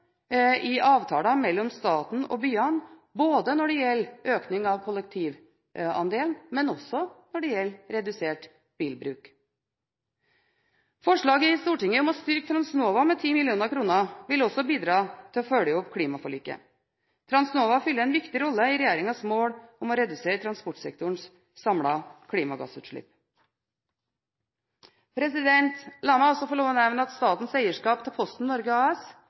i avtaler mellom staten og byene, når det gjelder økning av kollektivandelen, men også når det gjelder redusert bilbruk. Forslaget i Stortinget om å styrke Transnova med 10 mill. kr vil også bidra til å følge opp klimaforliket. Transnova fyller en viktig rolle i regjeringens mål om å redusere transportsektorens samlede klimagassutslipp. La meg også få lov til å nevne at statens eierskap til Posten